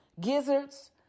gizzards